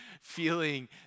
feeling